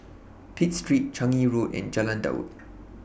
Pitt Street Changi Road and Jalan Daud